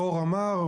דרור אמר,